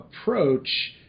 approach